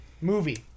Movie